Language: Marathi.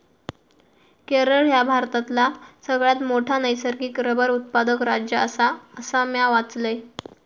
केरळ ह्या भारतातला सगळ्यात मोठा नैसर्गिक रबर उत्पादक राज्य आसा, असा म्या वाचलंय